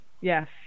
Yes